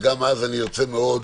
וגם אז אני ארצה מאוד